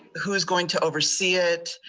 who is going to oversee it.